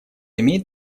имеет